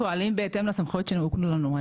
פועלים בהתאם לסמכויות שהוקנו לנו.